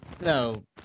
No